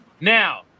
Now